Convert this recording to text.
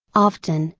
often,